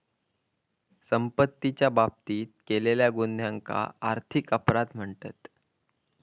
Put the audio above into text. संपत्तीच्या बाबतीत केलेल्या गुन्ह्यांका आर्थिक अपराध म्हणतत